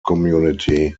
community